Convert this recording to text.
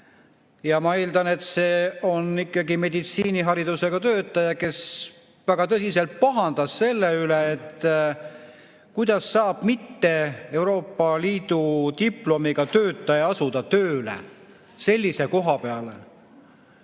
Ma eeldan, et see on ikkagi meditsiiniharidusega töötaja, kes väga tõsiselt pahandas selle üle, kuidas saab mitte Euroopa Liidu diplomiga töötaja asuda tööle sellise koha peale.